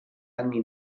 anni